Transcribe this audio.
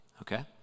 okay